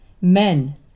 Men